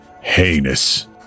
heinous